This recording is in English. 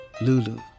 Lulu